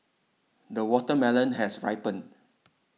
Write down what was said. the watermelon has ripened